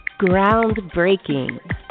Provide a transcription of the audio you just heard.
Groundbreaking